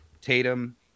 Tatum